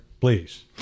please